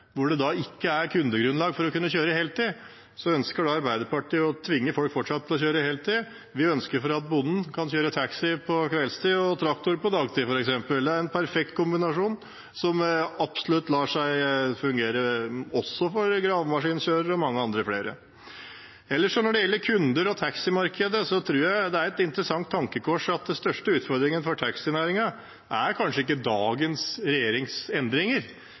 Hvor det ikke er kundegrunnlag for å kunne kjøre på heltid, ønsker Arbeiderpartiet fortsatt å tvinge folk til å kjøre på heltid. Vi ønsker at bonden skal kunne kjøre taxi på kveldstid og traktor på dagtid. Det er en perfekt kombinasjon som absolutt fungerer, også for gravemaskinførere og mange flere. Når det gjelder kunder og taximarkedet, tror jeg det er et interessant tankekors at den største utfordringen for taxinæringen kanskje ikke er endringer fra dagens